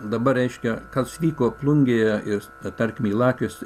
dabar reiškia kas vyko plungėje ir tarkim ylakiuose